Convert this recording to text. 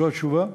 זאת התשובה.